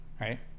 right